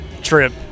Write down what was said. trip